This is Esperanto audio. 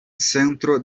centro